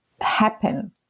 Happen